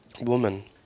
Woman